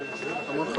לסל